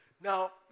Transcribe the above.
Now